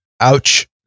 Ouch